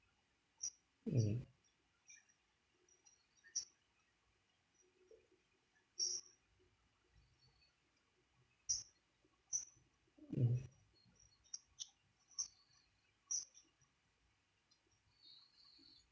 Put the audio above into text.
mm mm